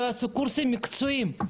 לא יעשו קורסים מקצועיים?